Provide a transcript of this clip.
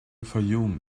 fayoum